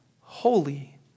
holy